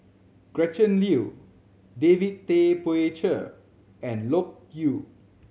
Gretchen Liu David Tay Poey Cher and Loke Yew